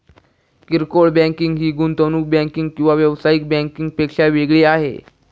किरकोळ बँकिंग ही गुंतवणूक बँकिंग किंवा व्यावसायिक बँकिंग पेक्षा वेगळी आहे